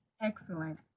Excellent